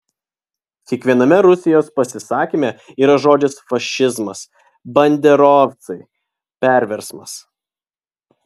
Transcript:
kiekviename rusijos pasisakyme yra žodis fašizmas banderovcai perversmas